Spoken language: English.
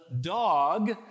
dog